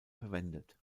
verwendet